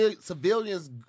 Civilians